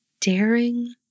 daring